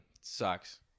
Sucks